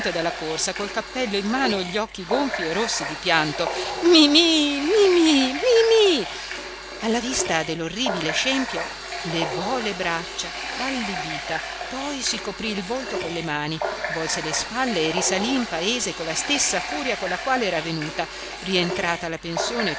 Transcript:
dalla corsa col cappello in mano e gli occhi gonfi e rossi di pianto mimì mimì mimì alla vista dell'orribile scempio levò le braccia allibita poi si coprì il volto con le mani volse le spalle e risalì in paese con la stessa furia con la quale era venuta rientrata alla pensione